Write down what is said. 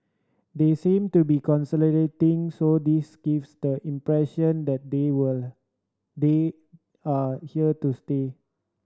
they seem to be consolidating so this gives the impression that they were they are here to stay